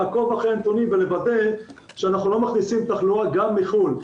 לעקוב אחרי הנתונים ולוודא שאנחנו לא מכניסים תחלואה גם מחו"ל.